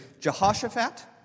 Jehoshaphat